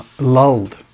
lulled